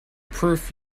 proof